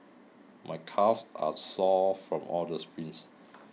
my calves are sore from all the sprints